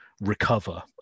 recover